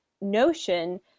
notion